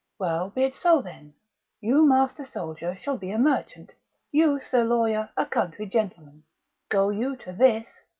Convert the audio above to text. well be't so then you master soldier shall be a merchant you sir lawyer a country gentlemen go you to this,